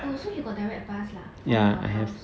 oh so you got direct bus lah from your house